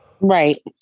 Right